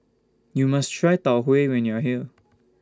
YOU must Try Tau Huay when YOU Are here